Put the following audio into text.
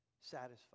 satisfied